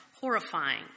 horrifying